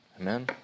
Amen